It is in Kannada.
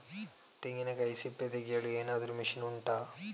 ತೆಂಗಿನಕಾಯಿ ಸಿಪ್ಪೆ ತೆಗೆಯಲು ಏನಾದ್ರೂ ಮಷೀನ್ ಉಂಟಾ